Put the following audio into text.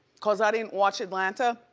cause i didn't watch atlanta,